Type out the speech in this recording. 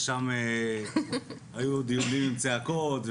שם היו דיונים עם צעקות,